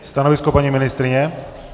Stanovisko paní ministryně?